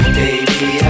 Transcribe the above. baby